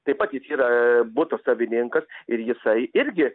taip pat jis yra buto savininkas ir jisai irgi